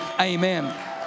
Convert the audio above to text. amen